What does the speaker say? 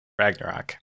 Ragnarok